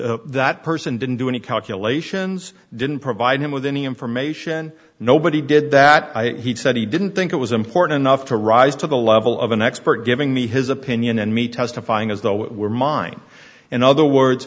the that person didn't do any calculations didn't provide him with any information nobody did that he said he didn't think it was important enough to rise to the level of an expert giving me his opinion and me testifying as though it were mine in other words